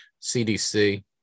CDC